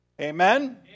Amen